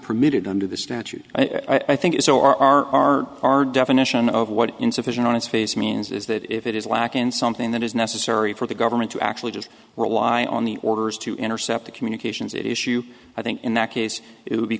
permitted under the statute i think it's so our our our our definition of what insufficient on its face means is that if it is lacking in something that is necessary for the government to actually just rely on the orders to intercept the communications issue i think in that case it would be